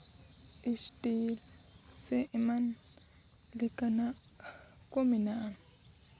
steel ᱥᱮ ᱮᱢᱟᱱ ᱞᱮᱠᱟᱱᱟᱜ ᱠᱚ ᱢᱮᱱᱟᱜᱼᱟ